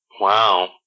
Wow